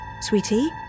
Sweetie